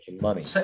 money